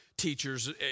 Teachers